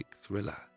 thriller